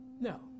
No